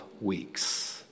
weeks